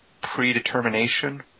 predetermination